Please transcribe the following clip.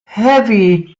havi